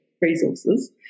resources